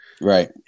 Right